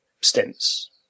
stints